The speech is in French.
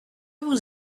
vous